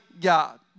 God